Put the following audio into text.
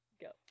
go